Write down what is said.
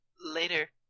Later